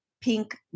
pink